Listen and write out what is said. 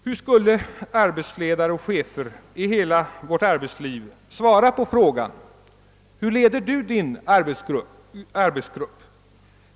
Hur skulle arbetsledare och chefer i hela vårt arbetsliv svara på frågan: »Hur leder Du Din arbetsgrupp?